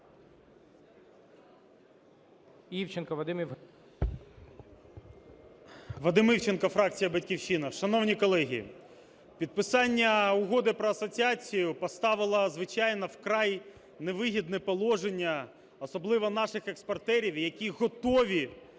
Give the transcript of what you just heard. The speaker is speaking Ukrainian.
Вадим Івченко, фракція "Батьківщина". Шановні колеги, підписання Угоди про асоціацію поставило, звичайно, у вкрай невигідне положення особливо наших експортерів, які готові